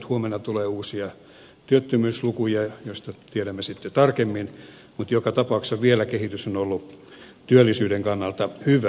huomenna tulee uusia työttömyyslukuja joista tiedämme sitten tarkemmin mutta joka tapauksessa vielä kehitys on ollut työllisyyden kannalta hyvä